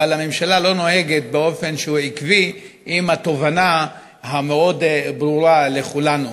אבל הממשלה לא נוהגת באופן עקבי עם התובנה המאוד-ברורה לכולנו.